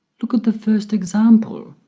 look at the first example.